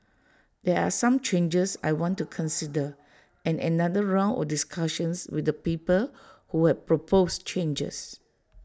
there are some changes I want to consider and another round of discussions with the people who have proposed changes